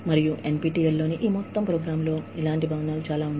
మరియు NPTEL లోని ఈ మొత్తం కార్యక్రమాలు ఇలాంటి భవనాలలోనే